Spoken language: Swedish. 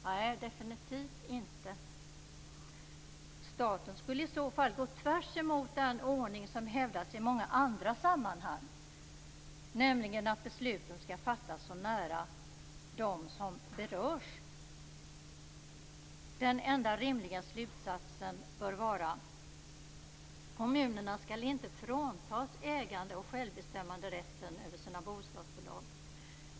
Nej, definitivt inte. Staten skulle i så fall gå tvärs emot den ordning som hävdas i många andra sammanhang, nämligen att besluten skall fattas så nära dem som berörs. Den enda rimliga slutsatsen bör vara att kommunerna inte skall fråntas ägande och självbestämmanderätten över sina bostadsbolag.